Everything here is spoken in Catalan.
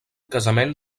casament